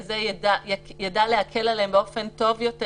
הזה יידע להקל עליהם באופן טוב יותר,